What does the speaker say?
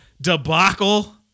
debacle